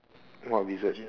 what wizard